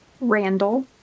Randall